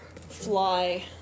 Fly